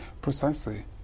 Precisely